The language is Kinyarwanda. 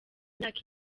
imyaka